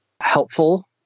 helpful